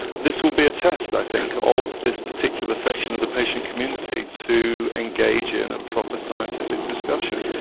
this will be a test, i think, of this particular section of the patient community to engage in a proper scientific discussion.